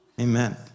Amen